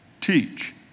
teach